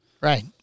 Right